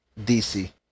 DC